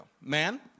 Man